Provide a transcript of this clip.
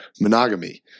monogamy